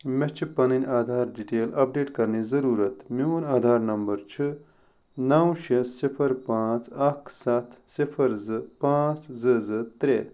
مےٚ چھِ پنٕنۍ آدھار ڈِٹیل اپڈیٹ کرنٕچ ضروٗرت میٛون آدھار نمبر چھُ نَو شےٚ صفر پانٛژھ اکھ ستھ صفر زٕ پانٛژھ زٕ زٕ ترٛےٚ